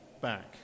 back